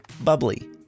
bubbly